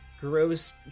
gross